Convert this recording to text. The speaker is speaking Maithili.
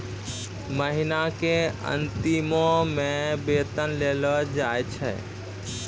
महिना के अंतिमो मे वेतन देलो जाय छै